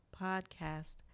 podcast